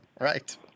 Right